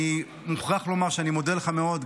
אני מוכרח לומר שאני מודה לך מאוד,